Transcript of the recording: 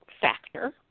factor –